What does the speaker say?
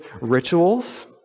rituals